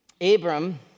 Abram